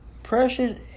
Precious